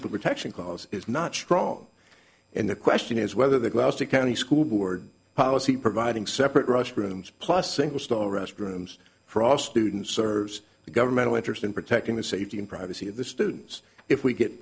equal protection clause is not strong and the question is whether the gloucester county school board policy providing separate rushed rooms plus single store restrooms for all students serves a governmental interest in protecting the safety and privacy of the students if we get